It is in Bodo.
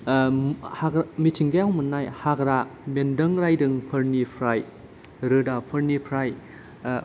हाग्रा मिथिंगायाव मोननाय हाग्रा बेन्दों राइदोंफोरनिफ्राय रोदाफोरनिफ्राय